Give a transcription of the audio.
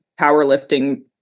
powerlifting